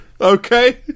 Okay